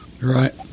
Right